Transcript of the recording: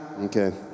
Okay